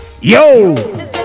Yo